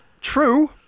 True